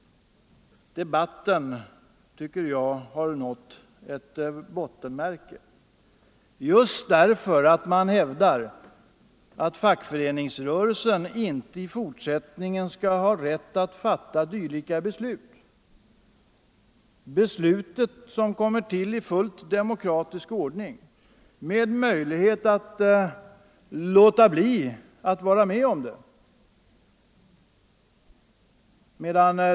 Jag tycker att debatten har nått ett bottenmärke när man hävdar att fackföreningsrörelsen inte i fortsättningen skall ha rätt att fatta beslut om sådana åtgärder. Besluten kommer till i fullt demokratisk ordning, och möjlighet finns att avstå från kollektivanslutningen.